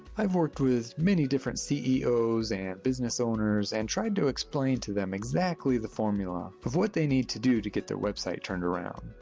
i've worked with many different ceo's and business owners and tried to explain to them exactly the formula of what they need to do to get their website turned around.